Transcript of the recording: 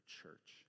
church